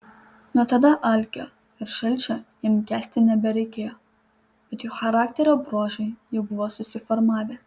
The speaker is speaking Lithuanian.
nuo tada alkio ir šalčio jam kęsti nebereikėjo bet jo charakterio bruožai jau buvo susiformavę